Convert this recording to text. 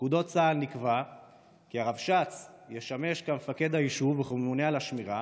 בפקודות צה"ל נקבע כי הרבש"צ ישמש כמפקד היישוב וכממונה על השמירה,